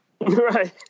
Right